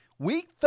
Week